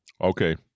Okay